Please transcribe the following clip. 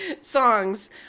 songs